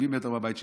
70 מטר מהבית שלי,